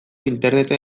interneten